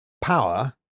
power